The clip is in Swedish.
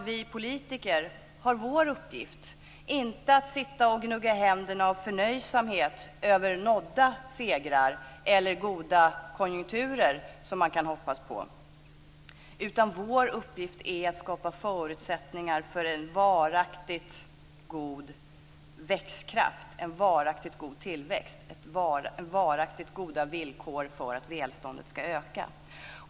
Vi politiker har vår uppgift - inte att sitta och gnugga händerna av förnöjsamhet över nådda segrar eller goda konjunkturer som man kan hoppas på, utan vår uppgift är att skapa förutsättningar för en varaktigt god växtkraft, en varaktigt god tillväxt och varaktigt goda villkor för att välståndet ska öka.